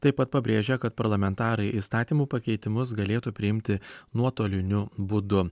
taip pat pabrėžia kad parlamentarai įstatymų pakeitimus galėtų priimti nuotoliniu būdu